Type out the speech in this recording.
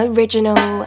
Original